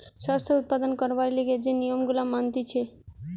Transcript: শস্য উৎপাদন করবার লিগে যে নিয়ম গুলা মানতিছে